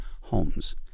homes